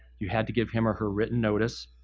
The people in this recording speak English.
you had to give him or her written notice,